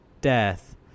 death